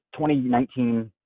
2019